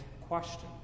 question